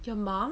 your mum